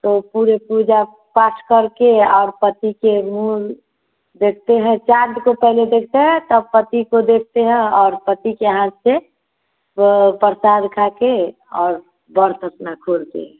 तो पूरे पूजा पाठ करके और पति के मुँह देखते हैं चाँद को पहले देखते हैं तब पति को देखते हैं और पति के हाथ से वह प्रसाद खाकर और वर्त अपना खोलते हैं